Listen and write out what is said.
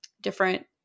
different